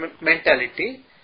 mentality